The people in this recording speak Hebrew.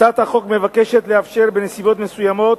הצעת החוק מבקשת לאפשר, בנסיבות מסוימות,